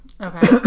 Okay